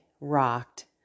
rocked